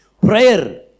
Prayer